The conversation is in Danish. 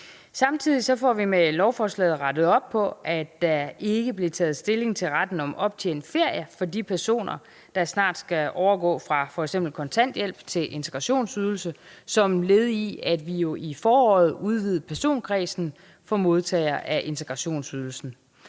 Samtidig får vi med lovforslaget rettet op på, at der ikke blev taget stilling til retten til optjent ferie for de personer, der snart skal overgå fra f.eks. kontanthjælp til integrationsydelse som led i, at vi i foråret udvidede personkredsen for modtagere af integrationsydelsen.